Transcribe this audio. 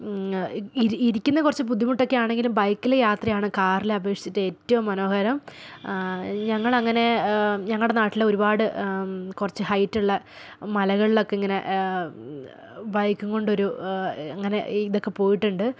ഇരിക്കുന്ന കുറച്ച് ബുദ്ധിമുട്ടൊക്കെ ആണെങ്കിലും ബൈക്കിൽ യാത്രയാണ് കാറിനെ അപേക്ഷിച്ചിട്ട് ഏറ്റവും മനോഹരം ഞങ്ങളങ്ങനെ ഞങ്ങടെ നാട്ടിലെ ഒരുപാട് കുറച്ച് ഹൈറ്റുള്ള മലകളിലൊക്കെ ഇങ്ങനെ ബൈക്കും കൊണ്ടൊരു അങ്ങനെ ഇതൊക്കെ പോയിട്ടുണ്ട്